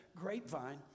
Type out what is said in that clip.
grapevine